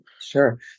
Sure